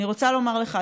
אני רוצה לומר לך,